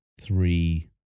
three